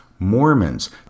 mormons